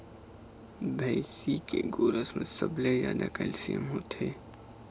भइसी के गोरस म सबले जादा कैल्सियम होथे